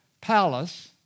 palace